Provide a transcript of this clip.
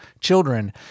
children